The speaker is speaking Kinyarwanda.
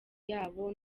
yaba